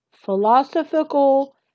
philosophical